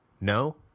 No